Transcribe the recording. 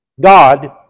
God